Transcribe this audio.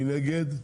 מי נגד?